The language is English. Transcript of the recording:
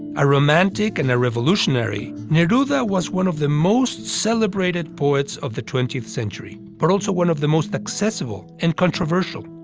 a romantic and a revolutionary, neruda was one of the most celebrated poets of the twentieth century, but also one of the most accessible and controversial.